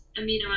amino